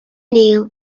kneel